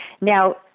Now